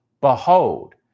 Behold